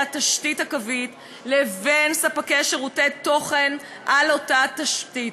התשתית הקווית לבין ספקי שירותי תוכן על אותה התשתית.